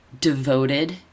devoted